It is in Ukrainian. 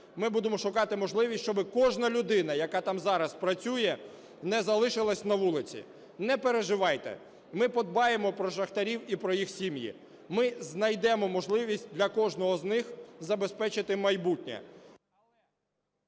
ми будемо шукати можливість, щоби кожна людина, яка там зараз працює, не залишилась на вулиці. Не переживайте, ми подбаємо про шахтарів і про їх сім'ї, ми знайдемо можливість для кожного з них забезпечити майбутнє,